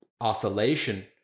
oscillation